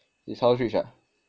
his house rich ah